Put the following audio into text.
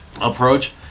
approach